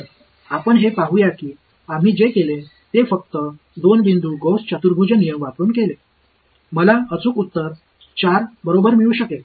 तर आपण हे पाहूया की आम्ही जे केले ते फक्त 2 बिंदू गौस चतुर्भुज नियम वापरुन केले मला अचूक उत्तर 4 बरोबर मिळू शकले